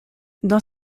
dans